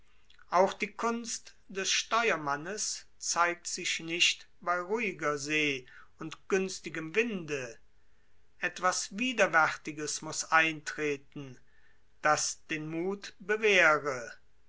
auch die kunst des steuermannes zeigt sich nicht bei ruhiger see und günstigem winde etwas widerwärtiges muß eintreten das den muth bewähre